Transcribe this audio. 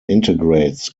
integrates